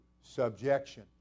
subjection